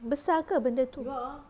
besar ke benda tu